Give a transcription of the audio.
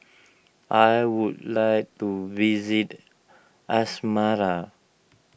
I would like to visit Asmara